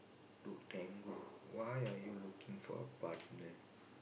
to tango why are you looking for a partner